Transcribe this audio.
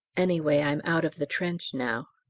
anyway, i'm out of the trench now.